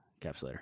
encapsulator